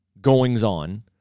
goings-on